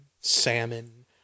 salmon